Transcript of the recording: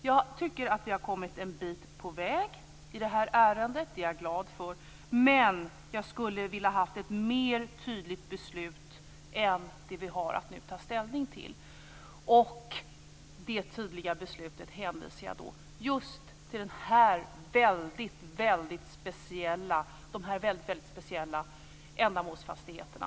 Jag tycker att vi har kommit en bit på väg i det här ärendet. Det är jag glad för. Men jag hade velat ha ett mer tydligt förslag än det vi nu har att ta ställning till. Med det tydliga förslaget hänvisar jag till de här väldigt speciella ändamålsfastigheterna.